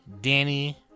Danny